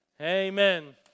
Amen